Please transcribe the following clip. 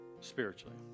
spiritually